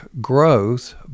growth